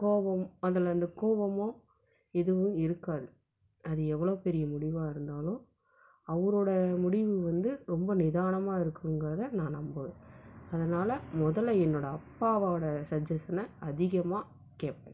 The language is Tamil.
கோபம் அதில் இந்த கோபமோ எதுவும் இருக்காது அது எவ்வளவு பெரிய முடிவாக இருந்தாலும் அவரோடய முடிவு வந்து ரொம்ப நிதானமாக இருக்குங்குறதை நான் நம்புவேன் அதனாலே முதலில் என்னோடய அப்பாவோடய சஜ்ஜசனை அதிகமாக கேட்பேன்